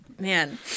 Man